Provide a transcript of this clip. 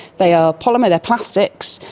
they are polymer, they are plastics,